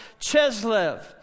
Cheslev